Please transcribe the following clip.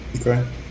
Okay